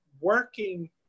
working